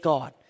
God